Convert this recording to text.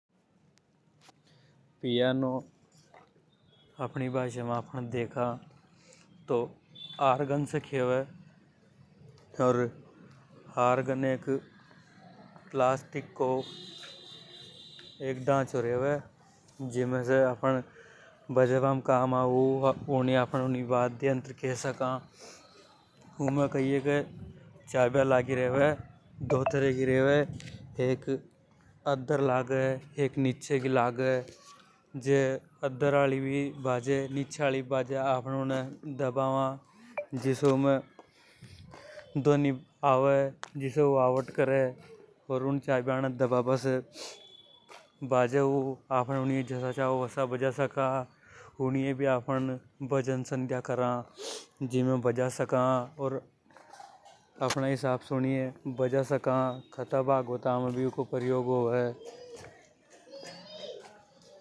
पियानो अपनी भाषा आफ़न में देखा तो आर्गन से ख़ेवे अर आर्गन एक प्लास्टिक को एक ढांचा रेवे। जीमेसे उ बाजाबा में काम आवे आपण उनिये वाद्य यंग खे सका उमे कई हे के चाबियां लागी रेवे। दो थरह की रेवे एक अद्दर लगे एक नीचे जे अद्दर हाली भी बाजे नीचे हाली भी बाजे आपण उणे दबावा जिसे उमें ध्वनि आवे। वा आवट करे अर ऊण चाबियांणे दबाबा से बाजे ऊ आपन उनिये जसा छावा वसा बजा सका उनिये भी आफ़न भजन संध्या करा। जीमे बजा सका अर आफने हिसाब से बजा सका कथा भागवत में भी इको प्रयोग कर सका।